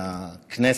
מהכנסת.